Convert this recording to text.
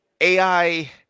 AI